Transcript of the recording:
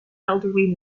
elderly